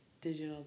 digital